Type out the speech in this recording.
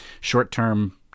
short-term